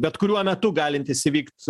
bet kuriuo metu galintis įvykt